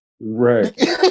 Right